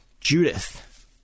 Judith